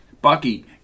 Bucky